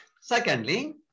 Secondly